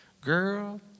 Girl